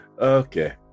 okay